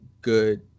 good